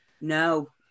No